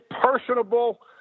personable